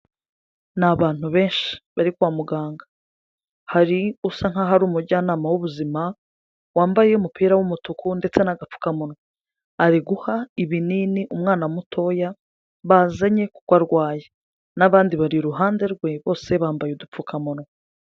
Ni abantu benshi bari kwa muganga hari usa nk'aho ari umujyanama w'ubuzima wambaye umupira w'umutuku ndetse n'agapfukamunwa, ari guha ibinini umwana mutoya bazanye kuko arwaye n'abandi bari iruhande rwe bose bambaye udupfukamunwa.